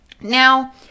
now